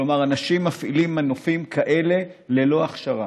כלומר אנשים מפעילים מנופים כאלה ללא הכשרה.